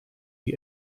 the